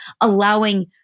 allowing